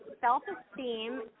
self-esteem